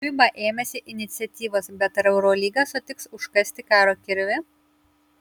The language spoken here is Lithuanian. fiba ėmėsi iniciatyvos bet ar eurolyga sutiks užkasti karo kirvį